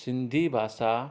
सिंधी भाषा